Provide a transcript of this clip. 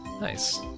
Nice